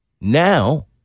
now